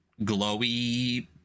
glowy